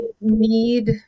need